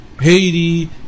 Haiti